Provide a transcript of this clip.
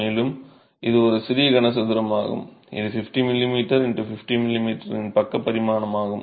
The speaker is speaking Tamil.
மேலும் இது ஒரு சிறிய கனசதுரமாகும் இது 50 mm x 50 mm பக்க பரிமாணமாகும்